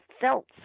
felt